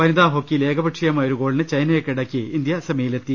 വനിതാ ഹോക്കിയിൽ ഏകപക്ഷീയമായ ഒരു ഗോളിന് ചൈനയെ കീഴടക്കി ഇന്ത്യ സെമിയിൽ എത്തി